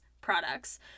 products